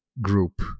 group